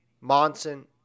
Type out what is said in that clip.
Monson